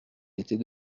était